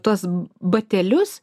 tuos batelius